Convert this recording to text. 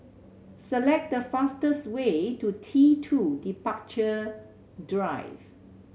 select the fastest way to T Two Departure Drive